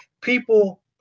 people